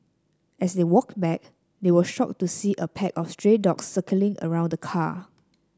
as they walked back they were shocked to see a pack of stray dogs circling around the car